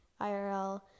IRL